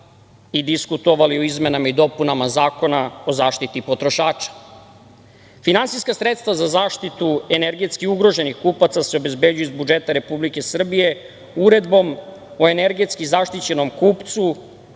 i diskutovali o izmenama i dopunama Zakona o zaštiti potrošača. Finansijska sredstva za zaštitu energetski ugroženih kupaca se obezbeđuje iz budžeta Republike Srbije uredbom o energetski zaštićenom kupcu